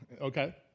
okay